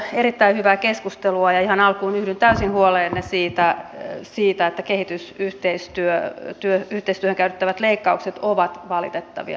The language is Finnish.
erittäin hyvää keskustelua ja ihan alkuun yhdyn täysin huoleenne siitä että kehitysyhteistyöhön käytettävät leikkaukset ovat valitettavia